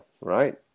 Right